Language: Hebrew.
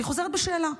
אני חוזרת בשאלה,